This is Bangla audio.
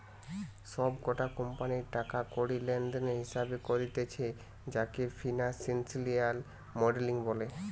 সব কটা কোম্পানির টাকা কড়ি লেনদেনের হিসেবে করতিছে যাকে ফিনান্সিয়াল মডেলিং বলে